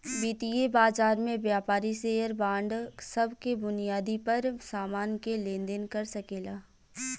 वितीय बाजार में व्यापारी शेयर बांड सब के बुनियाद पर सामान के लेन देन कर सकेला